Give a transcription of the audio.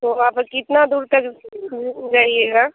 तो वहाँ पर कितना दूर तक जाइएगा